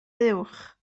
buwch